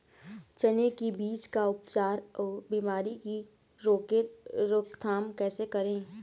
चने की बीज का उपचार अउ बीमारी की रोके रोकथाम कैसे करें?